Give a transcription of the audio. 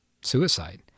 suicide